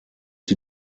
sie